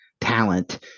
talent